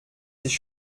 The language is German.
sich